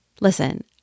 Listen